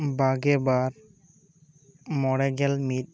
ᱵᱟᱜᱮ ᱵᱟᱨ ᱢᱚᱬᱮ ᱜᱮᱞ ᱢᱤᱫ